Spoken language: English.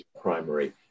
primary